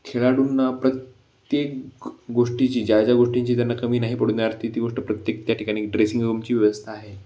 खेळाडूंना प्रत्येक गोष्टीची ज्या ज्या गोष्टींची त्यांना कमी नाही पडणार ती ती गोष्ट प्रत्येक त्या ठिकाणी ड्रेसिंग रूमची व्यवस्था आहे